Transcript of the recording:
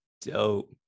dope